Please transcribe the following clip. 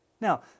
Now